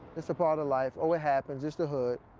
it's a part of life, oh, it happens, it's the hood.